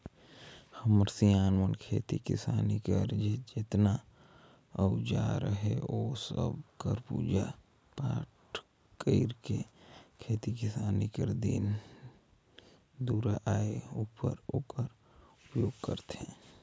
हमर सियान मन खेती किसानी कर जेतना अउजार अहे ओ सब कर पूजा पाठ कइर के खेती किसानी कर दिन दुरा आए उपर ओकर उपियोग करथे